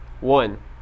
One